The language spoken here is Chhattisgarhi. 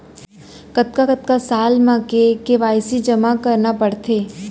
कतका कतका साल म के के.वाई.सी जेमा करना पड़थे?